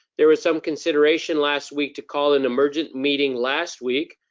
there was some consideration last week to call an emergent meeting last week,